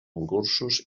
concursos